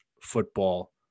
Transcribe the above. football